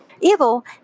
Evil